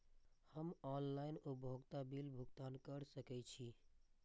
हम ऑनलाइन उपभोगता बिल भुगतान कर सकैछी?